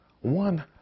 one